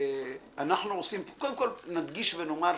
נדגיש ונאמר,